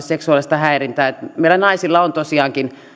seksuaalista häirintää meillä naisilla on tosiaankin